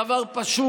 זה דבר פשוט,